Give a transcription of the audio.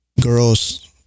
Girls